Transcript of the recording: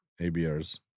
ABRs